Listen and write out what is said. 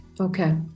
Okay